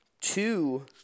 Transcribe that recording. two